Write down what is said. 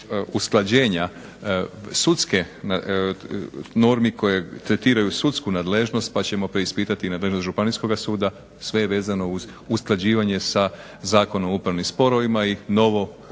usklađenja sudskih normi koje tretiraju sudsku nadležnost pa ćemo preispitati i nadležnost Županijskoga suda, sve je vezano uz usklađivanje sa Zakonom o upravnim sporovima i novo